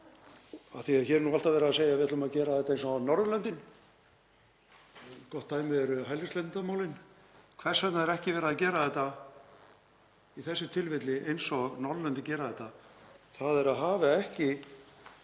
því að hér er alltaf verið að segja að við ætlum að gera þetta eins og Norðurlöndin. Gott dæmi eru hælisleitendamálin. Hvers vegna er ekki verið að gera þetta í þessu tilfelli eins og Norðurlöndin gera þetta, þ.e. að hafa ekki